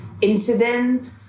incident